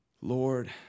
Lord